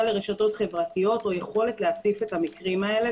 לרשתות חברתיות או יכולת להציף את המקרים האלה,